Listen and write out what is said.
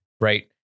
Right